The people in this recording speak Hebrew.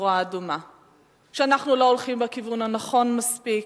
נורה אדומה שאנחנו לא הולכים בכיוון הנכון מספיק,